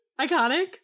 Iconic